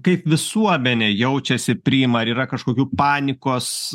kaip visuomenė jaučiasi priima ar yra kažkokių panikos